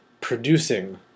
producing